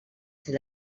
ser